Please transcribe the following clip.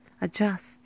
adjust